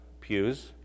pews